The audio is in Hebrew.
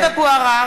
בגלל,